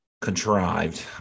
contrived